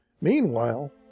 Meanwhile